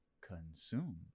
consume